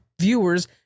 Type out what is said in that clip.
viewers